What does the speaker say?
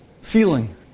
feeling